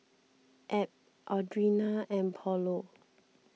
Ab Audrina and Paulo